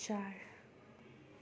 चार